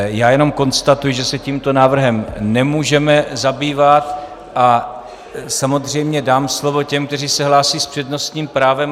Já jenom konstatuji, že se tímto návrhem nemůžeme zabývat, a samozřejmě dám slovo těm, kteří se hlásí s přednostním právem.